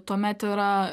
tuomet yra